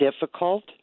difficult